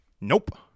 Nope